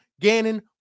Gannon